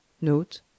Note